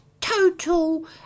total